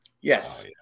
Yes